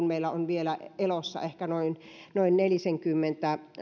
meillä on vielä elossa ehkä noin noin nelisenkymmentä